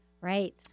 Right